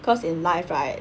cause in life right